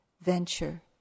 venture